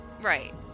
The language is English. right